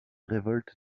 révolte